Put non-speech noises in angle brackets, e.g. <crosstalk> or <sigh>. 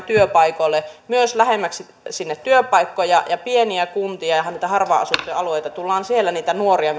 <unintelligible> työpaikoille myös lähemmäksi työpaikkoja ja pieniä kuntia ja niitä harvaan asuttuja alueita ja tullaan myös siellä niitä nuoria <unintelligible>